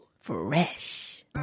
fresh